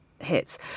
hits